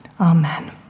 Amen